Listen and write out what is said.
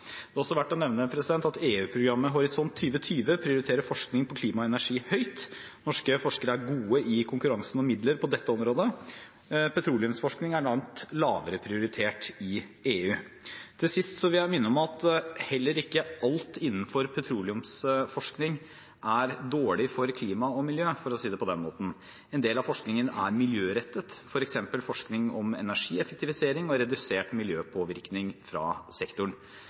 Det er også verdt å nevne at EU-programmet Horisont 2020 prioriterer forskning på klima og energi høyt. Norske forskere er gode i konkurransen om midler på dette området. Petroleumsforskning er langt lavere prioritert i EU. Til sist vil jeg minne om at heller ikke alt innenfor petroleumsforskning er dårlig for klima og miljø, for å si det på den måten. En del av forskningen er miljørettet, f.eks. forskning om energieffektivisering og redusert miljøpåvirkning fra sektoren.